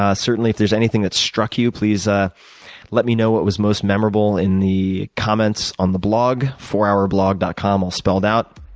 ah certainly, if there is anything that struck you please ah let me know what was most memorable in the comments on the blog. fourhourblog dot com, all spelled out.